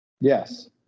Yes